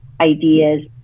ideas